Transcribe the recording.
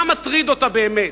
מה מטריד אותה באמת?